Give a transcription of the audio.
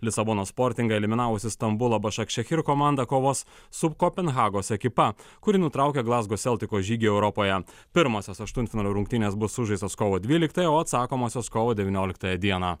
lisabonos sportingą eliminavusi stambulo bašakšechiro komanda kovos su kopenhagos ekipa kuri nutraukė glazgos eltiko žygį europoje pirmosios aštuntfinalio rungtynės bus sužaistos kovo dvyliktąją o atsakomosios kovo devynioliktąją dieną